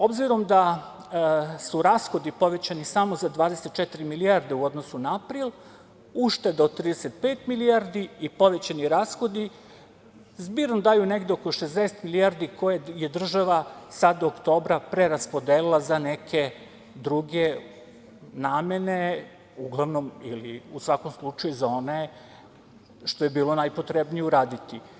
Obzirom da su rashodi povećani samo za 24 milijarde u odnosu na april, ušteda od 35 milijardi i povećani rashodi, zbirno daju negde oko 60 milijardi koje je država sada oktobra preraspodelila za neke druge namene, uglavnom ili u svakom slučaju za one što je bilo najpotrebnije uraditi.